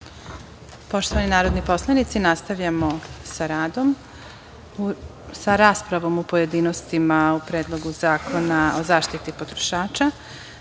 Poštovani narodni poslanici, nastavljamo sa radom, sa raspravom u pojedinostima u Predlogu zakona o zaštiti potrošača. Saglasno